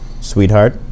Sweetheart